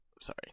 Sorry